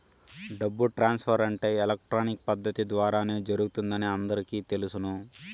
డబ్బు ట్రాన్స్ఫర్ అంటే ఎలక్ట్రానిక్ పద్దతి ద్వారానే జరుగుతుందని అందరికీ తెలుసును